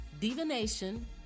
divination